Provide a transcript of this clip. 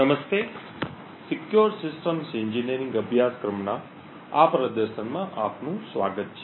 નમસ્તે secure systems engineering અભ્યાસક્રમના આ પ્રદર્શનમાં આપણું સ્વાગત છે